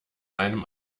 einem